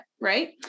right